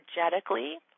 energetically